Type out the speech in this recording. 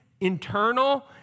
internal